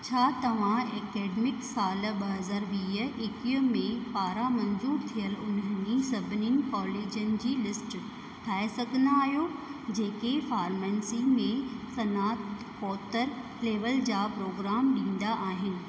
छा तव्हां ऐकडेमिक साल ॿ हज़ार वीह एकवीह में पारां मंज़ूर थियल उन्हनि सभिनी कॉलेजनि जी लिस्ट ठाहे सघंदा आहियो जेके फारमंसी में स्नात्कोत्तर लेवल जा प्रोग्राम ॾींदा आहिनि